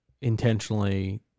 intentionally